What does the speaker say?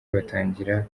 batangira